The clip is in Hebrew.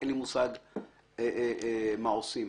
אין לי מושג מה עושים.